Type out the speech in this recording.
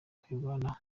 kwirwanaho